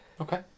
okay